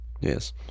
Yes